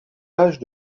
pages